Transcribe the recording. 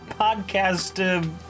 podcast